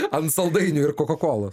ant saldainių ir kokakolo